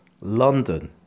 London